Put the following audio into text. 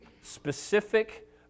Specific